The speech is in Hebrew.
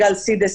גל סידס,